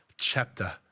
Chapter